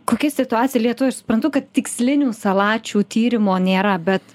kokia situacija lietuvoj aš suprantu kad tikslinių salačių tyrimo nėra bet